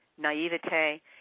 naivete